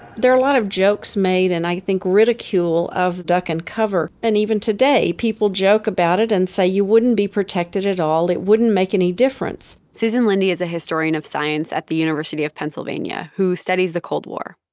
lot of jokes made and i think ridicule of duck and cover, and even today people joke about it and say you wouldn't be protected at all. it wouldn't make any difference susan lindee is a historian of science at the university of pennsylvania who studies the cold war,